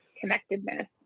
connectedness